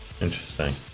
interesting